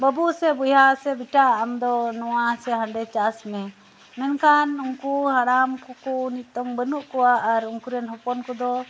ᱵᱟᱵᱩ ᱥᱮ ᱵᱚᱭᱦᱟ ᱥᱮ ᱵᱮᱴᱟ ᱟᱢ ᱫᱚ ᱱᱚᱣᱟ ᱥᱮ ᱦᱟᱰᱮ ᱪᱟᱥ ᱢᱮ ᱢᱮᱱᱠᱷᱟᱱ ᱩᱠᱩ ᱦᱟᱲᱟᱢ ᱠᱩᱠᱩ ᱱᱤᱛᱚᱝ ᱵᱟᱹᱱᱩᱜ ᱠᱚᱣᱟ ᱟᱨ ᱩᱱᱠᱩ ᱨᱮᱱ ᱦᱚᱯᱚᱱ ᱠᱚᱫᱚ